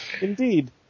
Indeed